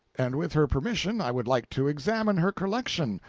and with her permission i would like to examine her collection,